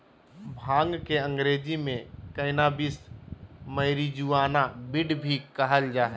भांग के अंग्रेज़ी में कैनाबीस, मैरिजुआना, वीड भी कहल जा हइ